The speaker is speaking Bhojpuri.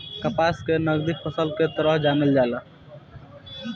कपास के नगदी फसल के तरह जानल जाला